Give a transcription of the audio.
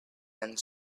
and